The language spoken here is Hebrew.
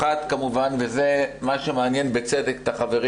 הראשונה, וזה מה שמעניין את החברים